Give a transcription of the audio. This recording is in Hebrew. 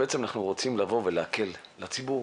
בעצם אנחנו רוצים לבוא ולהקל על הציבור,